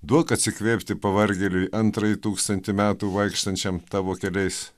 duok atsikvėpti pavargėliui antrąjį tūkstantį metų vaikštančiam tavo keliais